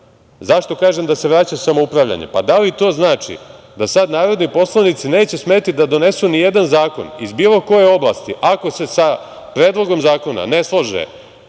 kažem – da se vraća samoupravljanje? Pa da li to znači da sada narodni poslanici neće smeti da donesu nijedan zakon iz bilo koje oblasti ako se sa predlogom zakona ne slože